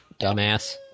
dumbass